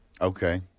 Okay